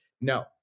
No